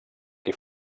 qui